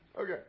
Okay